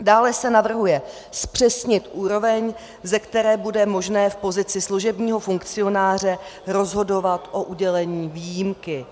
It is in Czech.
Dále se navrhuje zpřesnit úroveň, ze které bude možné v pozici služebního funkcionáře rozhodovat o udělení výjimky.